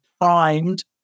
primed